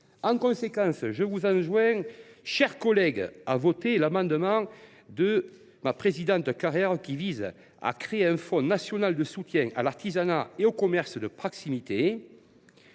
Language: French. En conséquence, je vous invite, mes chers collègues, à voter l’amendement de la présidente Maryse Carrère, qui vise à créer un fonds national de soutien à l’artisanat et au commerce de proximité.